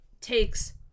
takes